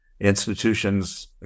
institutions